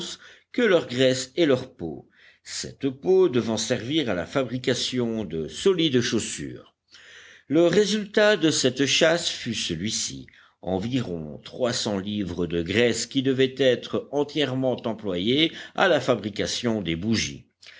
que leur graisse et leur peau cette peau devant servir à la fabrication de solides chaussures le résultat de cette chasse fut celui-ci environ trois cents livres de graisse qui devaient être entièrement employées à la fabrication des bougies